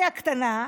אני הקטנה,